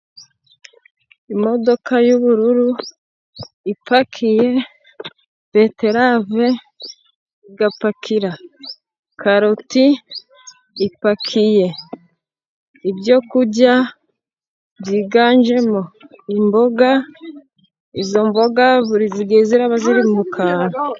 Imodoka y'ubururu ipakiye beterave, igapakira karoti, ipakiye ibyo kurya byiganjemo imboga, izo mboga zigiye ziraba ziri mu kantu.